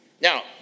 Now